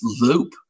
loop